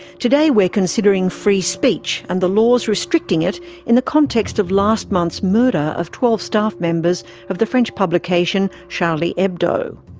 today we're considering free speech and the laws restricting it in the context of last month's murder of twelve staff members of the french publication charlie hebdo.